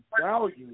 value